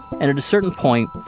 and at a certain point,